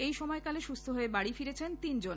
ওই সময়কালে সুস্হ হয়ে বাড়ি ফিরেছেন তিনজন